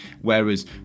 whereas